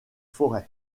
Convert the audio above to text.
forêt